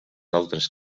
altres